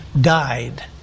died